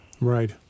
Right